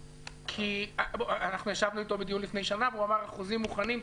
כי אנחנו ישבנו איתו בדיון לפני שנה והוא אמר שהחוזים מוכנים,